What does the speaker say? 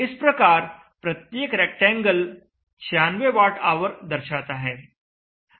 इस प्रकार प्रत्येक रैक्टेंगल 96 वाट ऑवर दर्शाता है